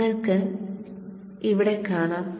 നിങ്ങൾക്ക് ഇവിടെ കാണാം